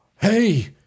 Hey